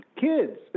kids